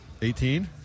18